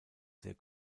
sehr